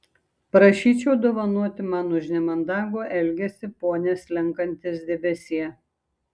prašyčiau dovanoti man už nemandagų elgesį pone slenkantis debesie